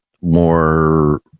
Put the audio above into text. more